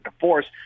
divorce